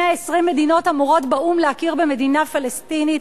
120 מדינות באו"ם אמורות להכיר במדינה פלסטינית,